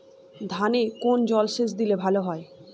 ধানে কোন জলসেচ দিলে ভাল হয়?